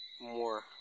more